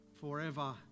forever